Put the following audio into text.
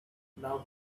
now